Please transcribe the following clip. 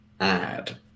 add